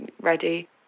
ready